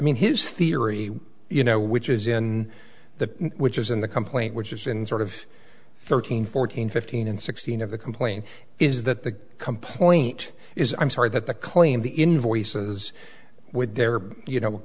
mean his theory you know which is in the which is in the complaint which is in sort of thirteen fourteen fifteen and sixteen of the complaint is that the complaint is i'm sorry that the claim the invoices with there are you know